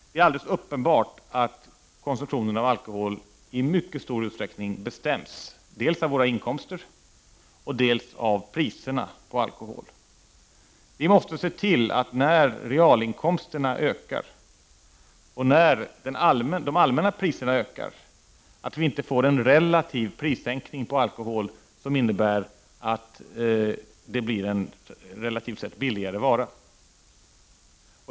Det är alldeles uppenbart att konsumtionen av alkohol i mycket stor utsträckning bestäms dels av våra inkomster, dels av priserna på alkohol. Vi måste se till att det, när realinkomsterna ökar och när de allmänna priserna ökar, inte sker en relativ prissänkning på alkohol som innebär att alkoholen blir en relativt sett billigare vara.